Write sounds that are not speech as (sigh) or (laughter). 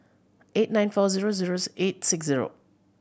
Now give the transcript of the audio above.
eight nine four zero zero (unintelligible) eight six zero